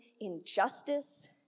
injustice